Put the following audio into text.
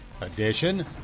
edition